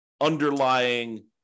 underlying